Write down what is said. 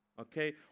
okay